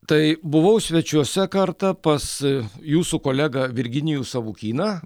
tai buvau svečiuose kartą pas jūsų kolegą virginijų savukyną